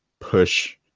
push